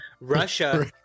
Russia